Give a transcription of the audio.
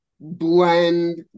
blend